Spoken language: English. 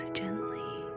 gently